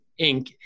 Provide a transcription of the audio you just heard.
Inc